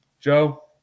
Joe